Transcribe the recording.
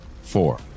four